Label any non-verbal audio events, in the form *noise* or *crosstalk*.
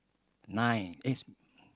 nine *unintelligible*